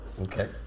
Okay